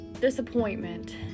disappointment